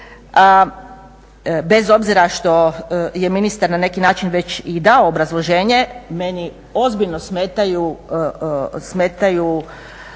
bez obzira što je ministar na neki način već i dao obrazloženje meni ozbiljno smetaju